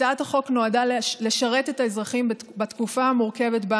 הצעת החוק נועדה לשרת את האזרחים בתקופה המורכבת שבה